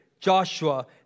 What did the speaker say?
Joshua